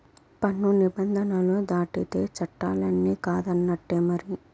పన్ను నిబంధనలు దాటితే చట్టాలన్ని కాదన్నట్టే మరి